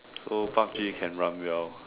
so Pub-G can run well